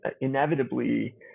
inevitably